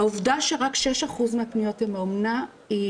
העובדה שרק 6% מהפניות הן מהאומנה היא